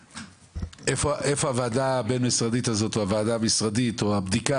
איפה הוועדה הבין משרדית הזאת או הוועדה המשרדית או הבדיקה,